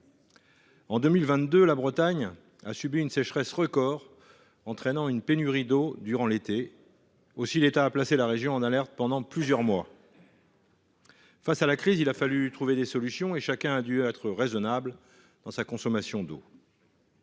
En 2022, la Bretagne a subi une sécheresse record, entraînant une pénurie d'eau durant l'été. Aussi, l'État a placé la région en alerte pendant plusieurs mois. Face à la crise, il a fallu trouver des solutions et chacun a dû être raisonnable dans sa consommation d'eau.